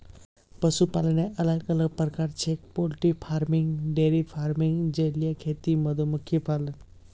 पशुपालनेर अलग अलग प्रकार छेक पोल्ट्री फार्मिंग, डेयरी फार्मिंग, जलीय खेती, मधुमक्खी पालन